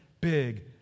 big